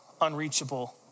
unreachable